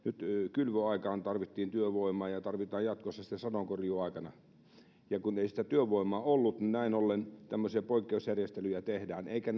kylvöaikaan tarvittiin työvoimaa ja sitä tarvitaan sitten totta kai jatkossa sadonkorjuuaikana kun ei sitä työvoimaa ollut niin näin ollen tämmöisiä poikkeusjärjestelyjä tehdään eikä